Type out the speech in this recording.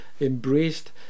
embraced